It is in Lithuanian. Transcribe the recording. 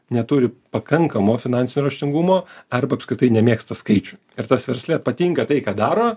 neturi pakankamo finansinio raštingumo arba apskritai nemėgsta skaičių ir tas versle patinka tai ką daro